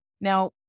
Now